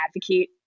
advocate